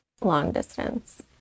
long-distance